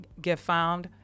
GetFound